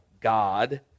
god